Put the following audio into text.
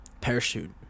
parachute